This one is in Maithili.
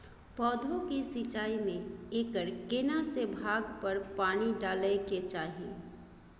पौधों की सिंचाई में एकर केना से भाग पर पानी डालय के चाही?